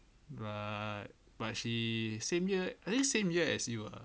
but but she same year I think same year as you err